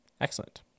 Excellent